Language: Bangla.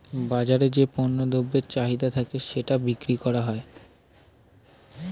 বাজারে যে পণ্য দ্রব্যের চাহিদা থাকে সেটাই বিক্রি করা হয়